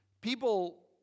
people